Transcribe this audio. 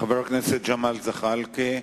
חבר הכנסת ג'מאל זחאלקה.